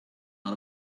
out